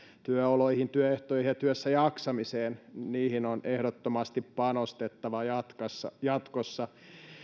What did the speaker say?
työoloihin työehtoihin ja työssäjaksamiseen on ehdottomasti panostettava jatkossa jatkossa